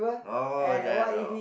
oh that oh